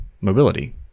mobility